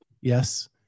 Yes